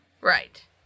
Right